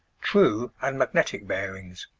true and magnetic bearings